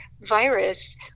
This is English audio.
virus